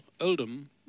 Oldham